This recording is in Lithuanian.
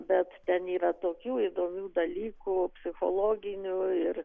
bet ten yra tokių įdomių dalykų psichologinių ir